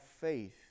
faith